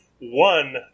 one